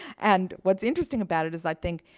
and what's interesting about it is, i think,